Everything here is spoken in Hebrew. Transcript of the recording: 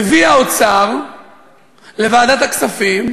מביא האוצר לוועדת הכספים,